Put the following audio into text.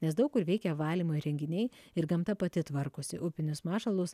nes daug kur veikia valymo įrenginiai ir gamta pati tvarkosi upinius mašalus